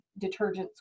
detergents